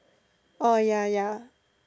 orh ya ya